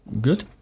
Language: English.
Good